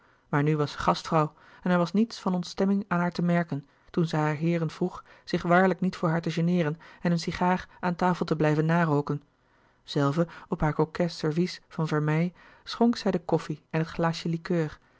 maar nu was zij gastvrouw en er was niets van ontstemming aan haar te merlouis couperus de boeken der kleine zielen ken toen zij hare heeren vroeg zich waarlijk niet voor haar te geneeren en hun sigaar aan tafel te blijven narooken zelve op haar coquet servies van vermeil schonk zij de koffie en het glaasje liqueur